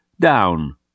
Down